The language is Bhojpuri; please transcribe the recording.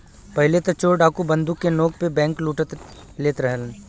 पहिले त चोर डाकू बंदूक के नोक पे बैंकलूट लेत रहलन